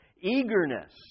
eagerness